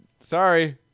Sorry